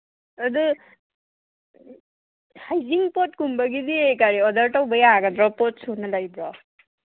ꯑꯗꯨ ꯍꯩꯖꯤꯡ ꯄꯣꯠꯀꯨꯝꯕꯒꯤꯗꯤ ꯑꯣꯗꯔ ꯇꯧꯕ ꯌꯥꯒꯗ꯭ꯔꯣ ꯄꯣꯠ ꯁꯨꯅ ꯂꯩꯕ꯭ꯔꯣ